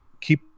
keep